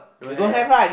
don't have